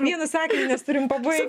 vienu sakiniu nes turim pabaigt